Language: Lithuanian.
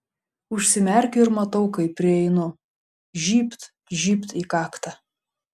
užsimerkiu ir matau kaip prieinu žybt žybt į kaktą